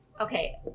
Okay